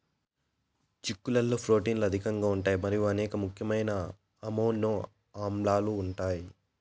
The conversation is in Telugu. చిక్కుళ్లలో ప్రోటీన్లు అధికంగా ఉంటాయి మరియు అనేక ముఖ్యమైన అమైనో ఆమ్లాలు ఉంటాయి